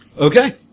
Okay